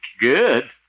Good